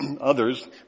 Others